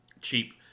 Cheap